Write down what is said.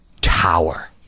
tower